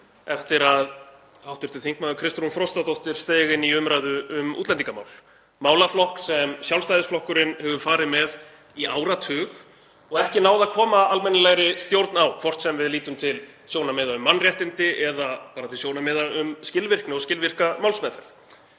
eftir að hv. þm. Kristrún Frostadóttir steig inn í umræðu um útlendingamál, málaflokk sem Sjálfstæðisflokkurinn hefur farið með í áratug og ekki náð að koma almennilegri stjórn á, hvort sem við lítum til sjónarmiða um mannréttindi eða bara til sjónarmiða um skilvirkni og skilvirka málsmeðferð.